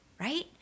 right